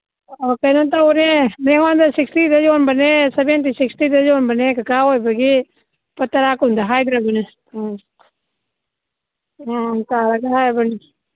ꯑꯧ ꯀꯩꯅꯣ ꯇꯧꯔꯦ ꯃꯤꯉꯣꯟꯗ ꯁꯤꯛꯁꯇꯤꯗ ꯌꯣꯟꯕꯅꯦ ꯁꯕꯦꯟꯇꯤ ꯁꯤꯛꯁꯇꯤꯗ ꯌꯣꯟꯕꯅꯦ ꯀꯀꯥ ꯑꯣꯏꯕꯒꯤ ꯂꯨꯄꯥ ꯇꯔꯥ ꯀꯨꯟꯗꯣ ꯍꯥꯏꯗ꯭ꯔꯕꯅꯦ ꯑꯥ ꯑꯥ ꯑꯥ ꯇꯥꯔꯒ ꯍꯥꯏꯔꯕꯅꯤ